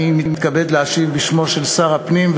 אני מתכבד להשיב בשמו של שר הפנים,